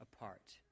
apart